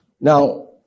Now